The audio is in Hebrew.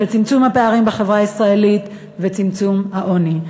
צמצום הפערים בחברה הישראלית וצמצום העוני.